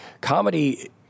comedy